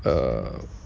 err